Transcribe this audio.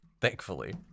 Thankfully